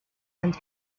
and